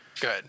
Good